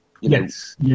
yes